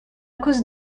cause